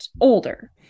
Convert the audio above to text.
older